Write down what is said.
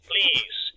Please